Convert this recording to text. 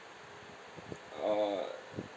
uh